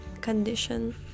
condition